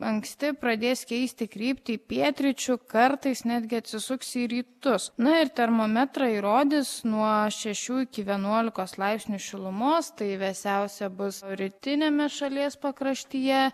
anksti pradės keisti kryptį į pietryčių kartais netgi atsisuks į rytus na ir termometrai rodys nuo šešių iki vienuolikos laipsnių šilumos tai vėsiausia bus rytiniame šalies pakraštyje